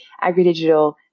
agridigital